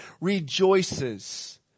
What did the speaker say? rejoices